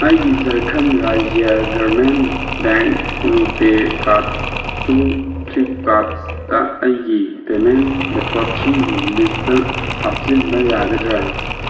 ꯑꯩꯒꯤ ꯖꯔꯈꯟ Rajya Gramin bank RuPay ꯀꯥꯔꯠꯇꯨ ꯐ꯭ꯂꯤꯞꯀꯥꯔꯠꯇ ꯑꯩꯒꯤ ꯄꯦꯃꯦꯟ ꯃꯦꯊꯣꯠꯁꯤꯡꯒꯤ ꯂꯤꯁꯇ ꯍꯥꯞꯆꯤꯟꯕ ꯌꯥꯒꯗ꯭ꯔꯥ